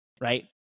right